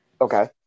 Okay